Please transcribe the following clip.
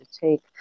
take